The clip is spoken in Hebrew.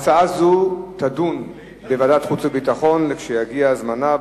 אני קובע שהצעה זו תידון בוועדת חוץ וביטחון לכשיגיע זמנה,